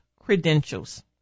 credentials